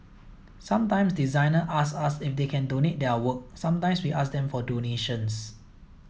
sometimes designers ask us if they can donate their work sometimes we ask them for donations